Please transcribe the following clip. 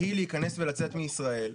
והיא להיכנס ולצאת מישראל,